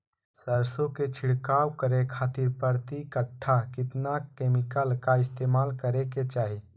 सरसों के छिड़काव करे खातिर प्रति कट्ठा कितना केमिकल का इस्तेमाल करे के चाही?